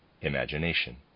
imagination